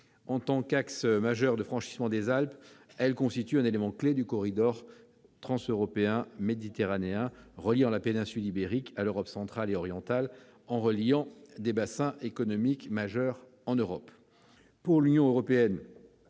En tant qu'axe de franchissement des Alpes, elle constitue un élément clé du corridor transeuropéen méditerranéen reliant la péninsule ibérique à l'Europe centrale et orientale, en faisant communiquer des bassins économiques majeurs en Europe.